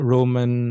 Roman